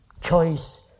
choice